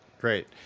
Great